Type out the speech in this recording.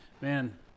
man